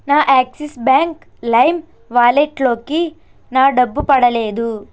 నా Axis bank Lime వాలెట్లోకి నా డబ్బు పడలేదు